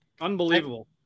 Unbelievable